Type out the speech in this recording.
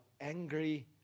angry